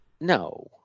No